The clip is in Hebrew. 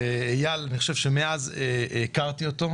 מאז הכרתי את אייל.